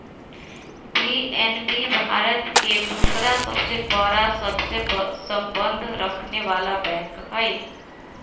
PNB Bharat के दूसरा सबसे बड़ा सबसे संबंध रखनेवाला बैंक हई